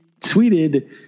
tweeted